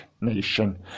nation